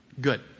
Good